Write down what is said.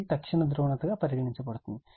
ఇది తక్షణ ధ్రువణత గా పరిగణించబడుతుంది